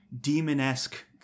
demon-esque